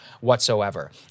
whatsoever